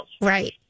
Right